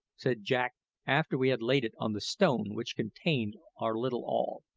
said jack after we had laid it on the stone which contained our little all,